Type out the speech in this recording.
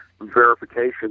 verification